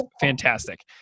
fantastic